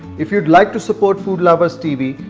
if you'd like to support food lovers tv.